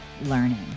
learning